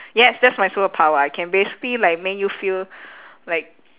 yes that's my superpower I can basically like make you feel like